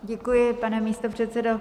Děkuji, pane místopředsedo.